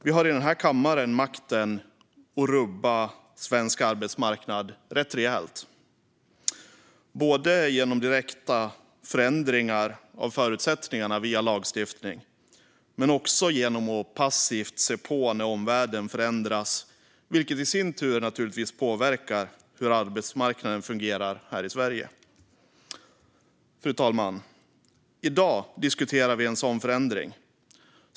Vi har i denna kammare makten att rubba svensk arbetsmarknad rejält, både genom direkta förändringar av förutsättningarna via lagstiftning och genom att passivt se på när omvärlden förändras, vilket i sin tur påverkar hur arbetsmarknaden fungerar i Sverige. Fru talman! I dag diskuterar vi en sådan förändring.